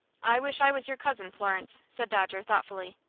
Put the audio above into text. i wish i was your cousin, florence, said dodger, thoughtfully.